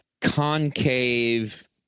concave